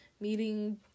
meeting